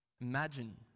imagine